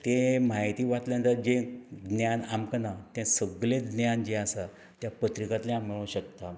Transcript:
ते माहिती वाचल्या नंतर जें ज्ञान आमकां ना तें सगलें ज्ञान जें आसा त्या पत्रिकांतल्या मेळूं शकता